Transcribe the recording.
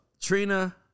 Trina